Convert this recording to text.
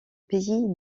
pays